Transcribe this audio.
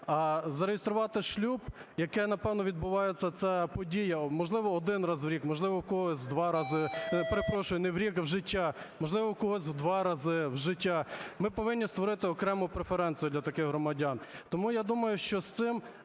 А зареєструвати шлюб… яка, напевно, відбувається ця подія, можливо, один раз в рік, можливо, в когось два рази… Перепрошую, не в рік, в життя. Можливо, в когось два рази в життя. Ми повинні створити окрему преференцію для таких громадян. Тому, я думаю, що з цим